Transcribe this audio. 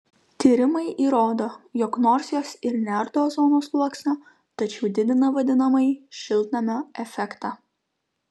tyrimai įrodo jog nors jos ir neardo ozono sluoksnio tačiau didina vadinamąjį šiltnamio efektą